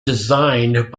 designed